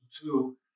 two